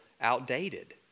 outdated